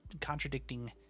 contradicting